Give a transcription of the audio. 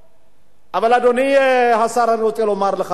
אבל, אדוני השר, אני רוצה לומר לך, מעל הכול,